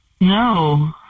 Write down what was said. No